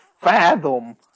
fathom